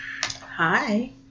Hi